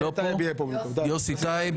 במקומו יוסי טייב.